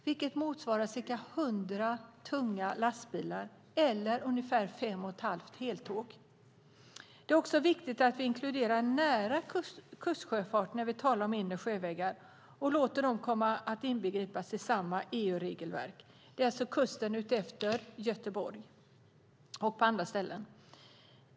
Det motsvarar ca 100 tunga lastbilar eller ungefär 5,5 heltåg. Det är också viktigt att vi inkluderar nära kustsjöfart när vi talar om inre sjövägar och låter den inbegripas i samma EU-regelverk. Det gäller kusten utefter Göteborg och även på andra ställen.